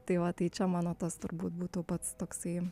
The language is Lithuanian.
tai va tai čia mano tas turbūt būtų pats toksai